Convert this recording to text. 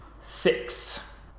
six